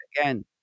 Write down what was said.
again